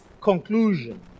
conclusion